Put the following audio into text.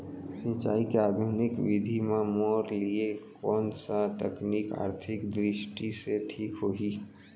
सिंचाई के आधुनिक विधि म मोर लिए कोन स तकनीक आर्थिक दृष्टि से ठीक होही?